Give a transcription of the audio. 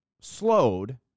slowed